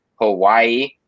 Hawaii